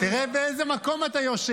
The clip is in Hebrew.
צריך לתמוך בסרבנות כדי להיות ציוני אצלכם?